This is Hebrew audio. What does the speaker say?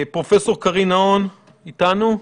פרופ' קרין נהון איתנו?